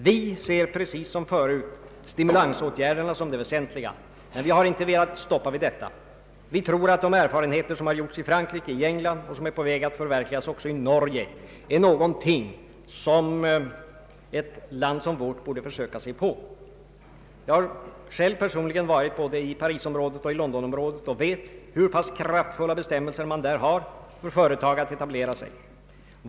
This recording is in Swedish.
Vi ser, precis som förut, stimulansåtgärderna som det väsentliga. Men vi har inte velat stanna vid detta, utan vi tror att de erfarenheter som har gjorts i Frankrike och England och som är på väg att förverkligas också i Norge är någonting som ett land som vårt borde dra nytta av. Jag har personligen varit både i Parisområdet och i Londonområdet och vet hur pass kraftfulla bestämmelser man där har för företagsetablering.